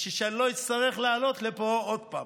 כדי שאני לא אצטרך לעלות לפה עוד פעם.